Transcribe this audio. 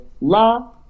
La